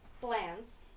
plans